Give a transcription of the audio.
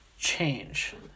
change